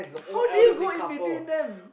how did you in between them